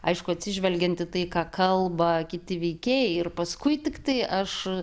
aišku atsižvelgiant į tai ką kalba kiti veikėjai ir paskui tiktai aš